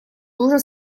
тоже